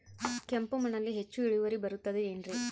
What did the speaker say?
ಕೆಂಪು ಮಣ್ಣಲ್ಲಿ ಹೆಚ್ಚು ಇಳುವರಿ ಬರುತ್ತದೆ ಏನ್ರಿ?